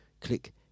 Click